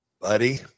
Buddy